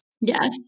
Yes